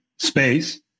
space